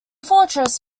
fortress